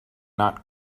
not